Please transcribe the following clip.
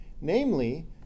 Namely